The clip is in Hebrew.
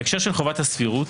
בהקשר של חובת הסבירות,